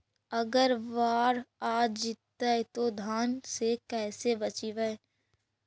अगर बाढ़ आ जितै तो धान के कैसे बचइबै?